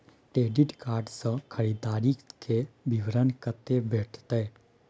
Credit card से खरीददारी के विवरण कत्ते से भेटतै?